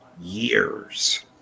years